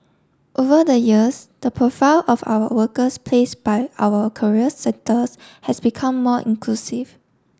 over the years the profile of our workers place by our career centres has become more inclusive